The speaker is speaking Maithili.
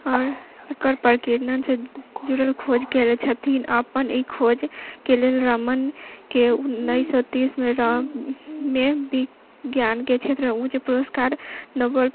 आओर एकर प्रकीर्णन से जुड़ल खोज कयने छथिन अपन ई खोज के लेल रमन के उन्नैस सए तीस मे विज्ञान के क्षेत्र मे उच्च पुरष्कार नोबेल